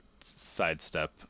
sidestep